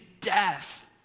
death